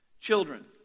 children